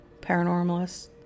paranormalists